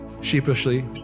sheepishly